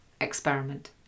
experiment